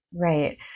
Right